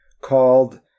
called